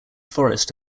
forest